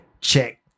check